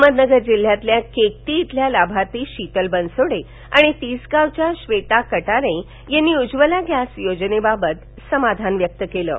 वहमदनगर जिल्ह्यातील केकती इथल्या लाभार्थी शीतल बनसोडे आणि तिसगावच्या श्वेता कटारे यांनी उज्ज्वला गॅस योजनेबाबत समाधान व्यक्त केलं आहे